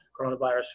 coronavirus